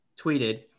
tweeted